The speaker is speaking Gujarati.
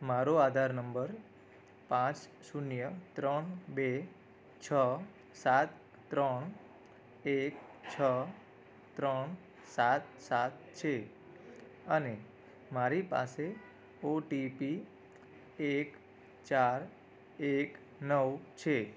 મારો આધાર નંબર પાંચ શૂન્ય ત્રણ બે છ સાત ત્રણ એક છ ત્રણ સાત સાત છે અને મારી પાસે ઓટીપી એક ચાર એક નવ છે